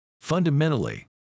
Fundamentally